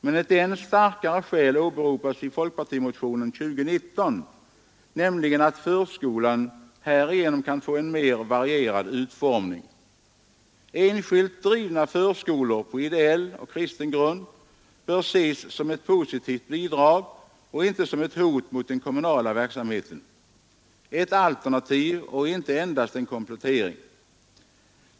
Men ett än starkare skäl åberopas i folkpartimotionen 2019, nämligen att förskolan härigenom kan få en mer varierad utformning. Enskilt drivna förskolor på ideell och kristen grund bör ses som ett positivt bidrag och inte som ett hot mot den kommunala verksamheten. De är ett alternativ och inte endast en komplettering.